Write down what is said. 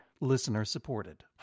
Listener-supported